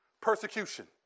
persecution